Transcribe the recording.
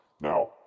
Now